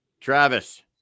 Travis